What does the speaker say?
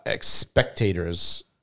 spectator's